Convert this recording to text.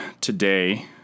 today